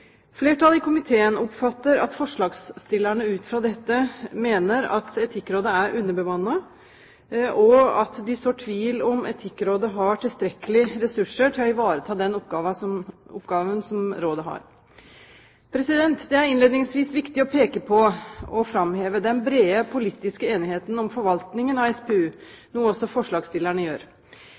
Flertallet i komiteen oppfatter at forslagsstillerne ut fra dette mener at Etikkrådet er underbemannet, og at de sår tvil om Etikkrådet har tilstrekkelige ressurser til å ivareta den oppgaven som rådet har. Det er innledningsvis viktig å peke på og framheve den brede politiske enigheten om forvaltningen av SPU, noe også forslagsstillerne gjør.